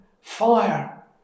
fire